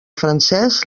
francès